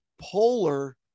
polar